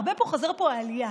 הרבה חוזרת פה העלייה.